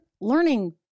learning